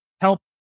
help